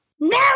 No